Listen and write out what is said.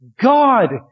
God